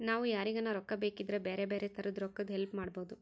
ನಾವು ಯಾರಿಗನ ರೊಕ್ಕ ಬೇಕಿದ್ರ ಬ್ಯಾರೆ ಬ್ಯಾರೆ ತರ ರೊಕ್ಕದ್ ಹೆಲ್ಪ್ ಮಾಡ್ಬೋದು